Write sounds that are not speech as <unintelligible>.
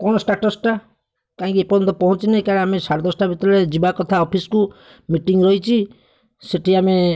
କ'ଣ ଷ୍ଟାଟସ୍ଟା କାହିଁକି ଏପର୍ଯ୍ୟନ୍ତ ପହଁଞ୍ଚିନି କାରଣ ଆମେ ସାଢ଼େ ଦଶଟା <unintelligible> ଯିବା କଥା ଅଫିସ୍କୁ ମିଟିଂ ରହିଛି ସେଠି ଆମେ